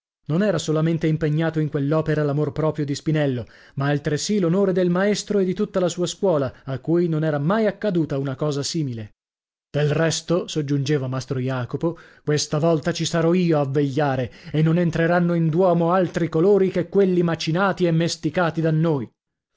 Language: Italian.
non era solamente impegnato in quell'opera l'amor proprio di spinello ma altresì l'onore del maestro e di tutta la sua scuola a cui non era mai accaduta una cosa simile del resto soggiungeva mastro jacopo questa volta ci sarò io a vegliare e non entreranno in duomo altri colori che quelli macinati e mesticati da noi